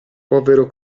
povero